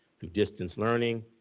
through distance learning,